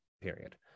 period